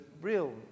real